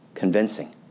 Convincing